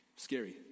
scary